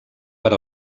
per